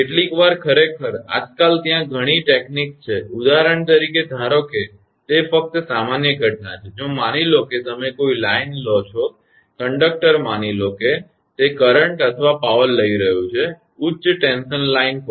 કેટલીકવાર ખરેખર આજકાલ ત્યાં ઘણી તકનીકીઓ છે ઉદાહરણ તરીકે ધારો કે તે ફક્ત સામાન્ય ઘટના છે જો માની લો કે તમે કોઈ લાઇન લો છો કંડક્ટર માની લો કે તે કરંટ અથવા પાવર લઈ રહ્યું છે ઉચ્ચ ટેન્શન લાઇન પર